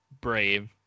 Brave